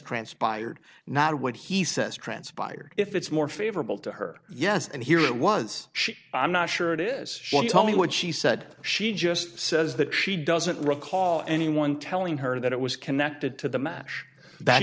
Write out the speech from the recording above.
transpired not what he says transpired if it's more favorable to her yes and here it was she i'm not sure it is she told me what she said she just says that she doesn't recall anyone telling her that it was connected to the match that